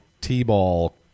t-ball